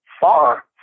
far